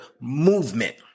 movement